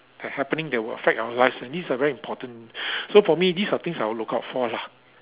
that happening that will affect our lives and these are very important so for me these are things I'll look out for lah